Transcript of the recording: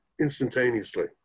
instantaneously